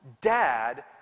dad